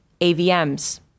AVMs